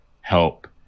help